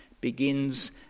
begins